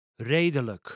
Redelijk